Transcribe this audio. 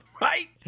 right